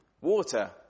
water